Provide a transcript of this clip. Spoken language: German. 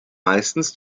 meistens